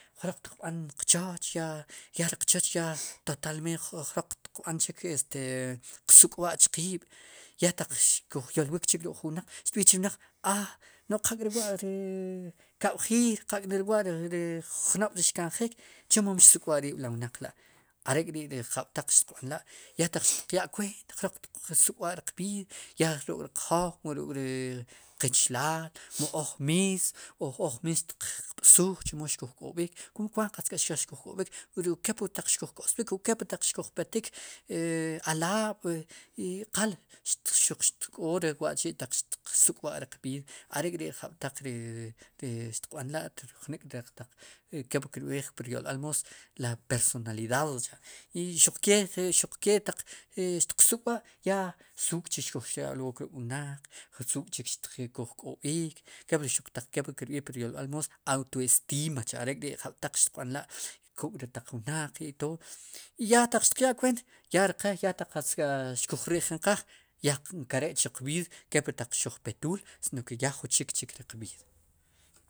Jroq tiq b'an qchoch ya riq choch ya totalmente jroq tiq b'an chik este qsuk'b'a'chqiib' ya taq xkujyolwik chik ruk'jun wnaq xtb'iij chre wnaq a no'j qal k'rewa' ri kab'jiir qal ri wa ri jun jnob'xkanjik chemo mxsuk'b'a'riib' li wnaq la' are'k'ri' ri jab'taq xtiq b'anla' ya taq xtiq yaa kweent jroq xtiq suk'b'a riq b'iid ya ruk'riq jow mu ruk'ri qichilaal mu oj miss oj miis xtiq b'suj chemo xkuj k'ob'ik kum kwaant xaq xkuj k'ob'ik ruk' kep wu taq xkuj k'osbik o kep wu taq xkuj petik e alab' i qal xuq k'o re wa'chi' xtiq suk'b'a riq b'iid are'k'ri ri jab'taq xtiq b'anla' jnik'kepli kirb'iij kepli qb'iij pur yolb'al moos la personaliad cha' i xuqke xuqke xtiq suk'b'a suk'chik xkuj yolwook ruk'wnaq suuk chik xkuj k'ob'iik kepli xuq kir b'iij pur yolb'al moos ato estima are'kri'jab'taq xtiq b'anla' kuk' ri taq wnaq tod i ya taq xtiq yaa kweent ya ri qe qatz xkuj ri'jinqaaj ya nkere'ch riq b'iid kepli taq xuj petuul sino ya jun chik chik riq b'iid.